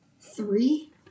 Three